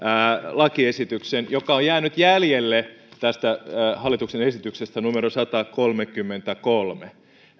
lakiesityksen joka on jäänyt jäljelle tästä hallituksen esityksestä numero satakolmekymmentäkolme